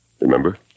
Remember